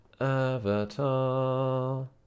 avatar